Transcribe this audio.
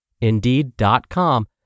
Indeed.com